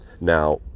Now